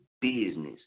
business